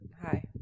hi